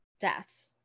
death